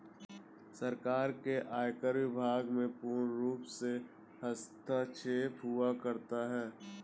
सरकार का आयकर विभाग में पूर्णरूप से हस्तक्षेप हुआ करता है